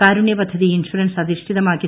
കാരുണ്യ പദ്ധതി ഇൻഷുറൻസ് അധിഷ്ഠിതമാക്കി ് എൽ